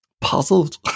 puzzled